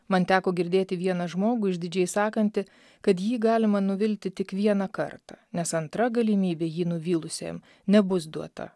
man teko girdėti vieną žmogų išdidžiai sakantį kad jį galima nuvilti tik vieną kartą nes antra galimybė jį nuvylusiajam nebus duota